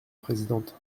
présidente